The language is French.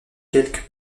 quelque